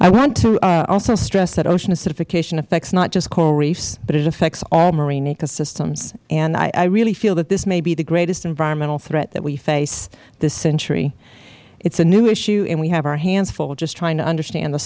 i want to also stress that ocean acidification affects not just coral reefs but it affects all marine ecosystems and i really feel that this may be the greatest environmental threat that we face this century it is a new issue and we have our hands full just trying to understand the